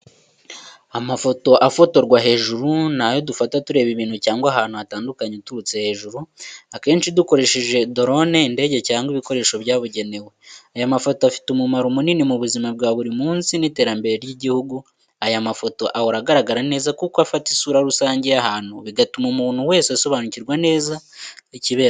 Amafoto afotorwa hejuru ni ayo dufata tureba ibintu cyangwa ahantu hatandukanye uturutse hejuru, akenshi dukoresheje dorone, indege, cyangwa ibikoresho byabugenewe. Aya mafoto afite umumaro munini mu buzima bwa buri munsi n’iterambere ry’igihugu. Aya mafoto ahora agaragara neza kuko afata isura rusange y’ahantu bigatuma umuntu wese asobanukirwa neza ikibera aho hantu.